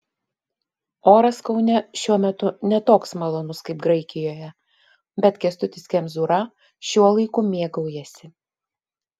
oras kaune šiuo metu ne toks malonus kaip graikijoje bet kęstutis kemzūra šiuo laiku mėgaujasi